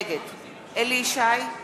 נגד אליהו ישי,